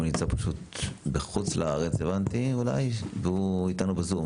הוא נמצא פשוט בחוץ לארץ הבנתי והוא איתנו בזום,